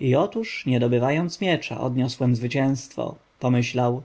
i otóż nie dobywając miecza odniosłem zwycięstwo pomyślał